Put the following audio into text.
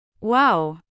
Wow